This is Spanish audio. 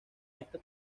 esta